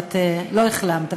לא החלמת,